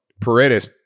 Paredes